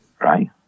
Right